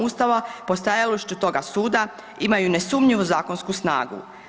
Ustava po stajalištu toga suda imaju nesumnjivu zakonsku snagu.